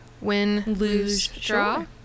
win-lose-draw